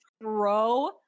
throw